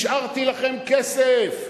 השארתי לכם כסף.